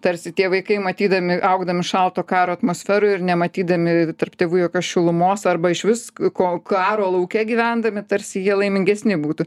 tarsi tie vaikai matydami augdami šalto karo atmosferoje ir nematydami tarp tėvų jokios šilumos arba išvis ko karo lauke gyvendami tarsi jie laimingesni būtų